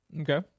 Okay